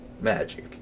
Magic